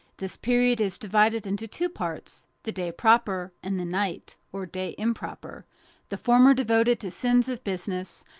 this period is divided into two parts, the day proper and the night, or day improper the former devoted to sins of business,